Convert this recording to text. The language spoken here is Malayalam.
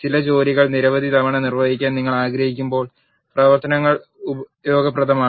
ചില ജോലികൾ നിരവധി തവണ നിർവഹിക്കാൻ നിങ്ങൾ ആഗ്രഹിക്കുമ്പോൾ പ്രവർത്തനങ്ങൾ ഉപയോഗപ്രദമാണ്